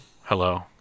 hello